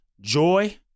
joy